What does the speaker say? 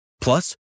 Plus